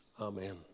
amen